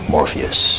Morpheus